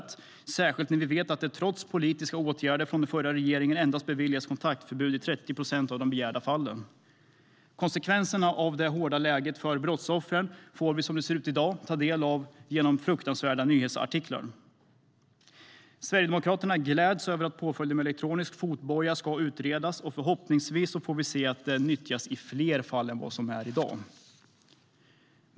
Det gäller särskilt när vi vet att det trots politiska åtgärder från den förra regeringen beviljas kontaktförbud i endast 30 procent av de begärda fallen. Konsekvenserna av det hårda läget för brottsoffren får vi som det ser ut i dag ta del av genom fruktansvärda nyhetsartiklar. Sverigedemokraterna gläds över att påföljden elektronisk fotboja ska utredas. Förhoppningsvis får vi se att den nyttjas i fler fall än i dag.